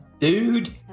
Dude